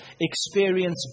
experience